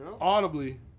Audibly